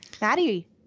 Maddie